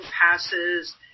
passes